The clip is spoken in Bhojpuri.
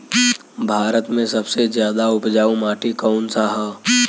भारत मे सबसे ज्यादा उपजाऊ माटी कउन सा ह?